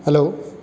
hello